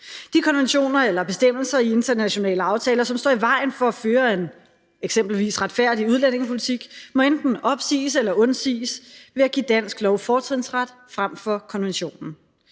De konventioner eller bestemmelser i internationale aftaler, som står i vejen for at føre en eksempelvis retfærdig udlændingepolitik, må enten opsiges eller undsiges ved at give dansk lov fortrinsret frem for konventionen.